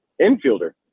infielder